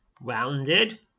rounded